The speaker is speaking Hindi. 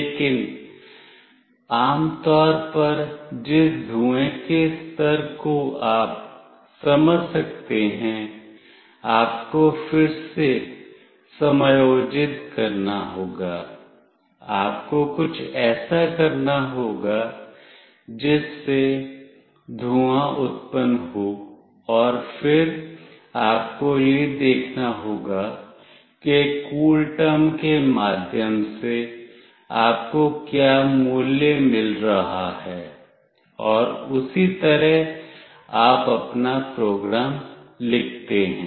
लेकिन आम तौर पर जिस धुएं के स्तर को आप समझ सकते हैं आपको फिर से समायोजित करना होगा आपको कुछ ऐसा करना होगा जिससे धुआं उत्पन्न हो और फिर आपको यह देखना होगा कि कूलटर्म के माध्यम से आपको क्या मूल्य मिल रहा है और उसी तरह आप अपना प्रोग्राम लिखते हैं